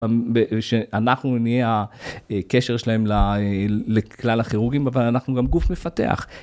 שאנחנו נהיה הקשר שלהם לכלל הכירוגים, אבל אנחנו גם גוף מפתח.